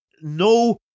no